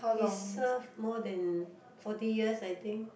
he serve more than forty years I think